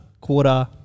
quarter